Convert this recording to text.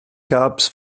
caps